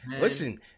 Listen